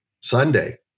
Sunday